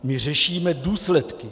My řešíme důsledky.